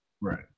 Right